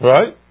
Right